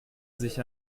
sich